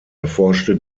erforschte